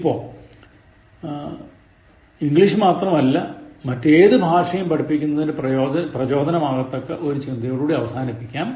ഇപ്പോൾ ഇംഗ്ലീഷ് മാത്രമല്ല മറ്റ് ഏതു ഭാഷയും പഠിക്കുന്നതിനു പ്രചോദനമാകത്തക്ക ഒരു ചിന്തയോടെ അവസാനിപ്പിക്കാം